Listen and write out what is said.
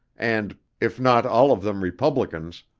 and, if not all of them republicans,